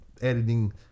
editing